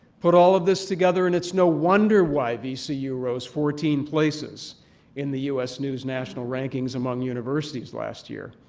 put all of this together and it's no wonder why vcu rose fourteen places in the u s. news national rankings among universities last year.